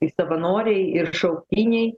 tai savanoriai ir šauktiniai